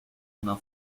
una